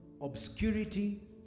obscurity